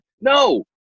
no